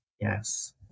Yes